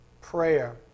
prayer